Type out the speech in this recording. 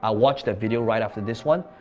ah watch that video right after this one.